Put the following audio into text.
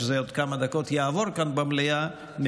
כשזה יעבור כאן במליאה בעוד כמה דקות,